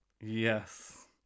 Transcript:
Yes